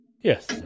Yes